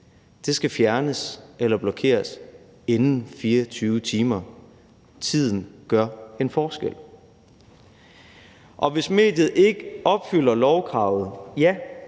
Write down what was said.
– skal fjernes eller blokeres inden 24 timer, og tiden gør en forskel. Hvis mediet ikke opfylder lovkravet, vil